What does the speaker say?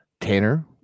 Tanner